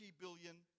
billion